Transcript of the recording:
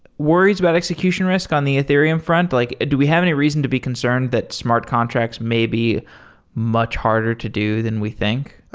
worries about execution risk on the ethereum front? like do we have any reason to be concerned that smart contracts may be much harder to do than we think?